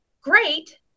great